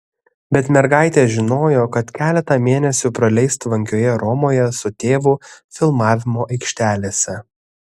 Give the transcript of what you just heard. bet mergaitė žinojo kad keletą mėnesių praleis tvankioje romoje su tėvu filmavimo aikštelėse